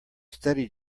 steady